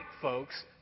folks